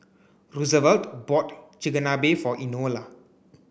Roosevelt bought Chigenabe for Enola